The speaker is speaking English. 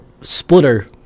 splitter